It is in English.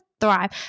thrive